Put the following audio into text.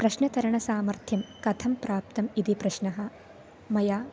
प्रश्नतरणसामर्थ्यं कथं प्राप्तम् इति प्रश्नः मया